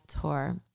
Tour